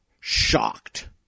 shocked